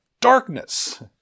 Darkness